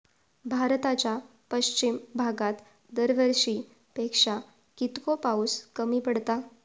भारताच्या पश्चिम भागात दरवर्षी पेक्षा कीतको पाऊस कमी पडता?